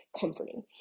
comforting